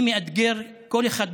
אני מאתגר כל אחד מכם,